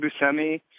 Buscemi